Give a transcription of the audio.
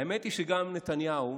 האמת היא שגם נתניהו